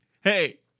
hey